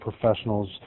professionals